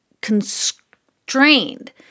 constrained